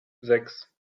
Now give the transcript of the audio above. sechs